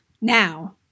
Now